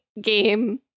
game